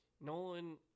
Nolan